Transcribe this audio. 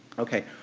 okay,